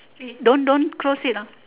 eh don't don't close it ah